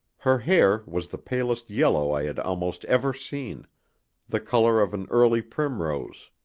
her hair was the palest yellow i had almost ever seen the colour of an early primrose.